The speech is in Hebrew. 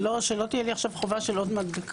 שלא תהיה לי חובה של עוד מדבקה.